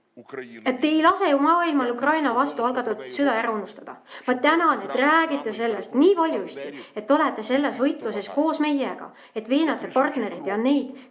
et te ei lase maailmal Ukraina vastu algatatud sõda ära unustada. Ma tänan, et räägite sellest nii valjusti, et olete selles võitluses koos meiega, et veenate partnereid ja neid,